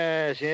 Yes